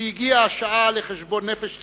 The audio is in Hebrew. שהגיעה השעה לחשבון נפש ציבורי,